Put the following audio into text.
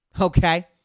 okay